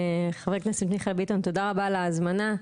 חבר הכנסת מיכאל ביטון תודה רבה על ההזמנה.